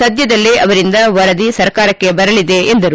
ಸದ್ಯದಲ್ಲೇ ಅವರಿಂದ ವರದಿ ಸರ್ಕಾರಕ್ಕೆ ಬರಲಿದೆ ಎಂದರು